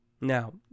Now